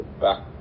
back